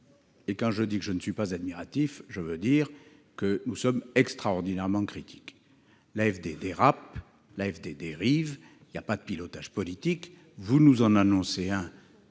Et quand je dis que je ne suis pas admiratif, je veux dire que nous sommes extraordinairement critiques : l'AFD dérape, l'AFD dérive ! On constate une absence totale de pilotage politique. Vous nous annoncez que